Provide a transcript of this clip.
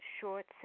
short